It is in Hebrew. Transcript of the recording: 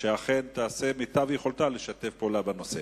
שאכן תעשה את מיטב יכולתה לשתף פעולה בנושא.